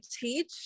teach